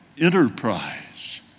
enterprise